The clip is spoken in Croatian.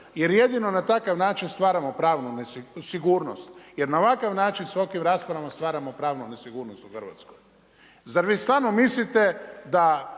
Jer jedino na takav način stvaramo pravnu sigurnost. Jer na ovakav način s tolikim raspravama stvaramo pravnu nesigurnost u Hrvatskoj. Zar, vi stvarno mislite, da